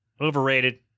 Overrated